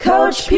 Coach